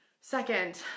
Second